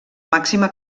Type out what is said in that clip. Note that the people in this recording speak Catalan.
màxima